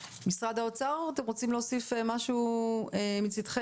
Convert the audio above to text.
משרד האוצר אתם רוצים להוסיף משהו מצדכם?